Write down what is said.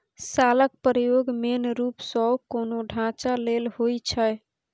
शालक प्रयोग मेन रुप सँ कोनो ढांचा लेल होइ छै